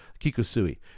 Kikusui